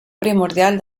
primordial